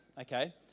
okay